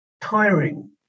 Tiring